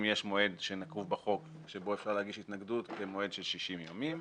אם יש מועד שנקוב בחוק שבו אפשר להגיש התנגדות במועד של 60 ימים,